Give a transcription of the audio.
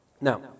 Now